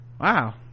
wow